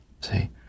see